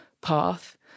path